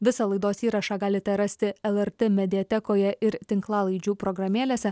visą laidos įrašą galite rasti lrt mediatekoje ir tinklalaidžių programėlėse